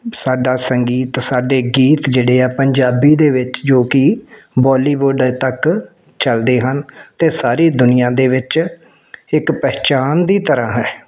ਸਾਡਾ ਸੰਗੀਤ ਸਾਡੇ ਗੀਤ ਜਿਹੜੇ ਆ ਪੰਜਾਬੀ ਦੇ ਵਿੱਚ ਜੋ ਕਿ ਬੋਲੀਵੁੱਡ ਤੱਕ ਚਲਦੇ ਹਨ ਅਤੇ ਸਾਰੀ ਦੁਨੀਆਂ ਦੇ ਵਿੱਚ ਇੱਕ ਪਹਿਚਾਣ ਦੀ ਤਰ੍ਹਾਂ ਹੈ